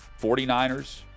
49ers